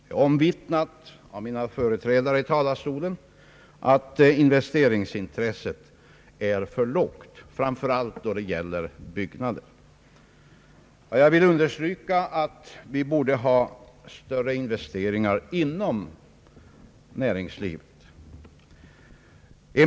Det är omvittnat av mina företrädare i talarstolen, att investeringsintresset är för lågt, framför allt då det gäller byggnader. Jag vill understryka att investeringarna inom näringslivet borde vara större.